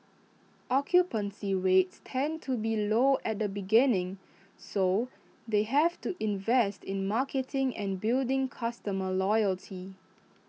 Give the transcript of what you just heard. occupancy rates tend to be low at the beginning so they have to invest in marketing and building customer loyalty